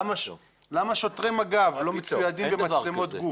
למה שוטרי מג"ב לא מצוידים במצלמות גוף.